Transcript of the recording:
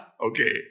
Okay